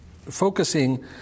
focusing